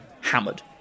hammered